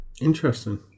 Interesting